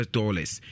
dollars